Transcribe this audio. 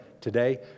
today